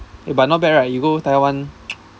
eh but not bad right you go taiwan